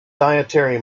dietary